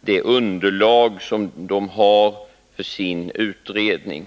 det underlag som verket har för sin utredning.